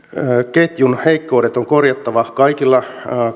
ketjun heikkoudet on korjattava kaikilla